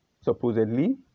supposedly